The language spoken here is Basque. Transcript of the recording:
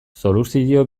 soluzio